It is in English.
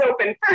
open